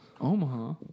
Omaha